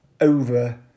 over